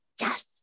Yes